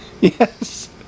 Yes